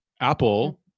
Apple